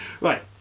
Right